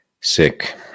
Sick